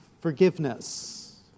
forgiveness